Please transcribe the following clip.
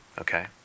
Okay